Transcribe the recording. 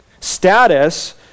Status